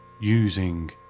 using